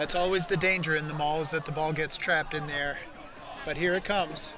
it's always the danger in the malls that the ball gets trapped in there but here comes